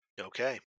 Okay